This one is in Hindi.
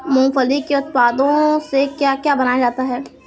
मूंगफली के उत्पादों से क्या क्या बनाया जाता है?